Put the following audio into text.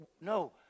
no